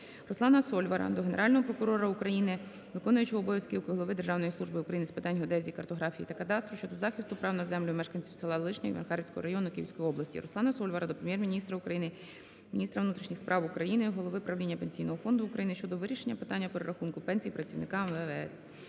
Руслана Сольвара до Генерального прокурора України, виконуючого обов'язки голови Державної служби України з питань геодезії, картографії та кадастру щодо захисту прав на землю мешканців села Лишня Макарівського району Київської області. Руслана Сольвара до Прем'єр-міністра України, міністра внутрішніх справ України, голови правління Пенсійного фонду України щодо вирішення питання перерахунку пенсій працівникам МВС.